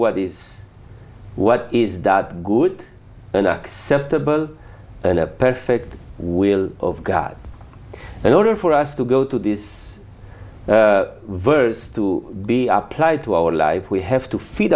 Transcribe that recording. what is what is that good and acceptable and a perfect will of god in order for us to go to this verse to be applied to our life we have to feed